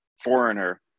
foreigner